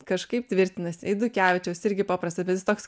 kažkaip tvirtinasi eidukevičiaus irgi paprasta bet jis toks